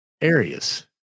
areas